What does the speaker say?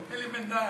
אלי בן-דהן,